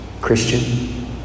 Christian